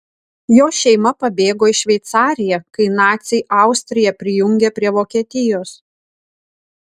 jo šeima pabėgo į šveicariją kai naciai austriją prijungė prie vokietijos